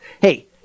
Hey